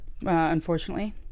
Unfortunately